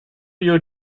you